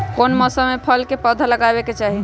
कौन मौसम में फल के पौधा लगाबे के चाहि?